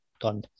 Done